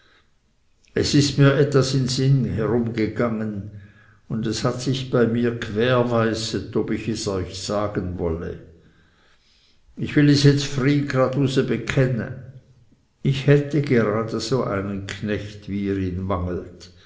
es ist mir etwas im sinn herumgegangen und es hat sich bei mir gwerweiset ob ich es euch sagen wolle ich will es jetzt fry graduse bekenne ich hätte gerade so einen knecht wie ihr ihn